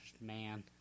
man